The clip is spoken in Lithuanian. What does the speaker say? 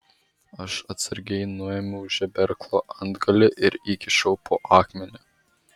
aš atsargiai nuėmiau žeberklo antgalį ir įkišau po akmeniu